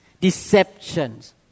deceptions